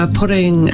putting